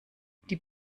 die